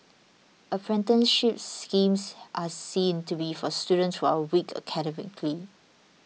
apprenticeship schemes are seen to be for students who are weak academically